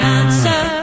answer